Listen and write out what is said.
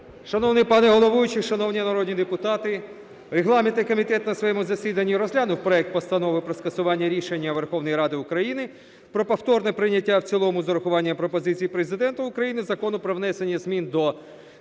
Шановний пане головуючий, шановні народні депутати! Регламентний комітет на своєму засіданні розглянув проект Постанови про скасування рішення Верховної Ради України про повторне прийняття в цілому з урахуванням пропозицій Президента України Закону про внесення змін до